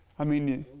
i mean,